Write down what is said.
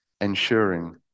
ensuring